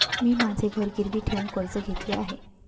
मी माझे घर गिरवी ठेवून कर्ज घेतले आहे